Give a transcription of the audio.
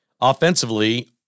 offensively